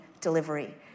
delivery